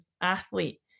athlete